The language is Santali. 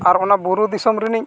ᱟᱨ ᱚᱱᱟ ᱵᱩᱨᱩ ᱫᱤᱥᱚᱢ ᱨᱤᱱᱤᱡ